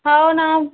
हो नाव